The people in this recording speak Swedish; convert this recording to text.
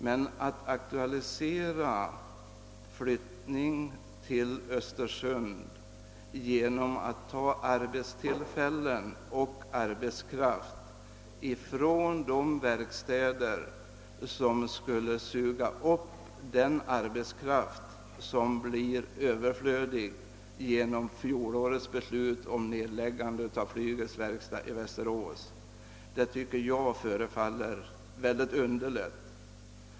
Men att aktualisera flyttningen till Östersund genom att ta arbetstillfällen och arbetskraft från de verkstäder som skulle suga upp den arbetskraft som blir över flödig genom fjolårets beslut om nedläggande av flygets verkstad i Västerås förefaller underligt.